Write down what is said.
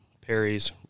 Perry's